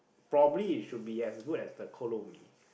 probably it should be as good as the kolo mee